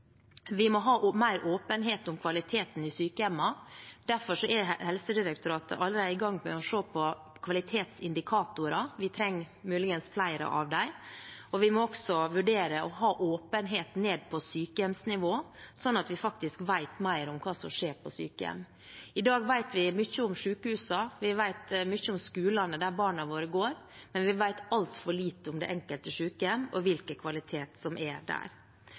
Vi må også ha mer åpenhet om kvaliteten i sykehjemmene. Derfor er Helsedirektoratet allerede i gang med å se på kvalitetsindikatorer – vi trenger muligens flere av dem. Vi må også vurdere å ha åpenhet ned på sykehjemsnivå, slik at vi faktisk vet mer om hva som skjer på sykehjem. I dag vet vi mye om sykehusene, vi vet mye om skolene der barna våre går, men vi vet altfor lite om det enkelte sykehjem og hvilken kvalitet som er der.